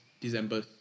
December